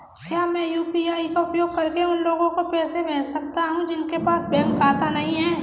क्या मैं यू.पी.आई का उपयोग करके उन लोगों को पैसे भेज सकता हूँ जिनके पास बैंक खाता नहीं है?